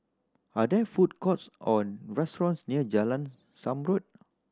are there food courts or restaurants near Jalan Zamrud